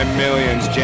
millions